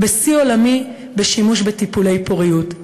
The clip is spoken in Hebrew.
בשיא עולמי בשימוש בטיפולי פוריות.